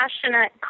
Passionate